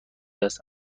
است